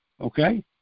okay